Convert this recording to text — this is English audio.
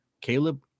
Caleb